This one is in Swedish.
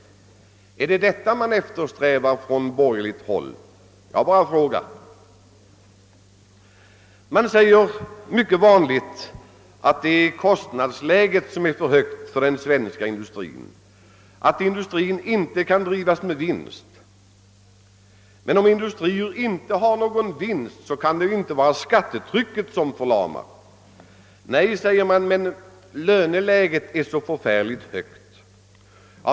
är det detta man eftersträvar på borgerligt håll? Jag bara frågar. Man brukar säga att kostnadsläget är för högt för den svenska industrin och att denna inte kan drivas med vinst, men om industrin inte har någon vinst kan inte skattetrycket förlama. Då säger man: Nej, men löneläget är så förfärligt högt.